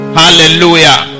hallelujah